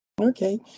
Okay